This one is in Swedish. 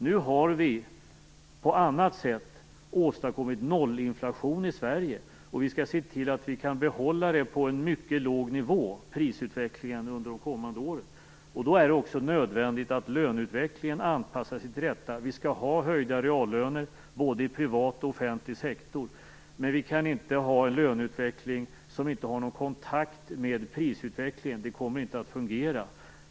Nu har vi på annat sätt åstadkommit nollinflation i Sverige, och vi skall se till att vi kan behålla prisutvecklingen under de kommande åren på en mycket låg nivå. Då är det också nödvändigt att löneutvecklingen anpassas till detta. Vi skall ha höjda reallöner både i offentlig och privat sektor, men vi kan inte ha en löneutveckling som inte har någon kontakt med prisutvecklingen. Det kommer inte att fungera.